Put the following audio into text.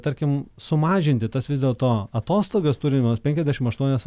tarkim sumažinti tas vis dėl to atostogas turimas penkiasdešim aštuonias